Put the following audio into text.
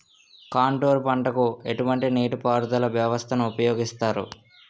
Contour పంటకు ఎటువంటి నీటిపారుదల వ్యవస్థను ఉపయోగిస్తారు?